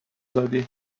دادی